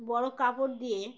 বড় কাপড় দিয়ে